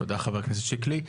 תודה חה"כ שיקלי.